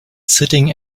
sitting